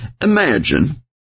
Imagine